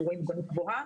אנחנו רואים מוגנות גבוהה.